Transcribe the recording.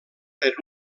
per